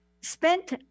spent